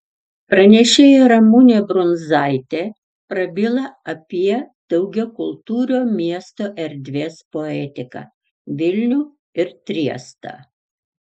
pranešėja ramunė brunzaitė prabyla apie daugiakultūrio miesto erdvės poetiką vilnių ir triestą